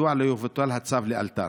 2. מדוע לא יבוטל הצו לאלתר?